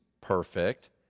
perfect